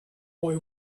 boy